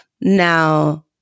Now